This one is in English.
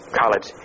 college